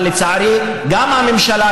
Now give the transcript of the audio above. אבל לצערי הממשלה,